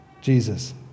Jesus